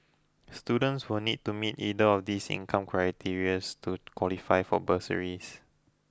students will need to meet either of these income criteria's to qualify for bursaries